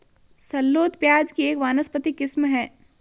shallot प्याज़ की एक वानस्पतिक किस्म है